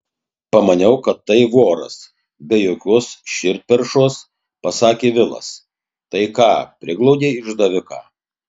pamaniau kad tai voras be jokios širdperšos pasakė vilas tai ką priglaudei išdaviką